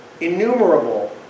innumerable